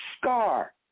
scar